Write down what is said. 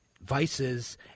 vices